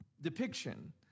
depiction